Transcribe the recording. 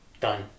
Done